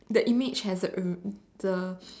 the image has a ugh the